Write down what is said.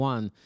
One